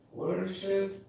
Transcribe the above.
worship